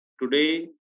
Today